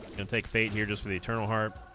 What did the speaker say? and take bait here just with eternal heart